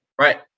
right